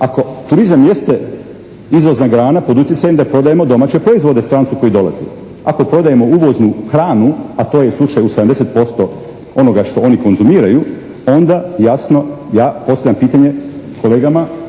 Ako turizam jeste izvozna grana pod utjecajem da prodajemo domaće proizvode strancu koji dolazi. Ako prodajemo uvoznu hranu a to je slučaj u 70% onoga što oni konzumiraju onda jasno ja postavljam pitanje kolegama